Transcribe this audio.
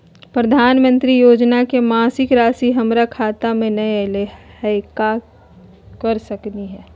प्रधानमंत्री योजना के मासिक रासि हमरा खाता में नई आइलई हई, का कर सकली हई?